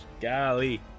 Golly